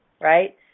right